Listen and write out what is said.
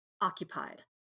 occupied